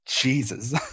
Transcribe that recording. Jesus